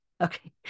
Okay